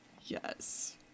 Yes